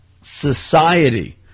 society